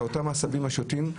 לאותם עשבים שוטים,